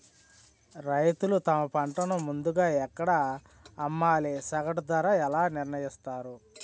రైతులు తమ పంటను ముందుగా ఎక్కడ అమ్మాలి? సగటు ధర ఎలా నిర్ణయిస్తారు?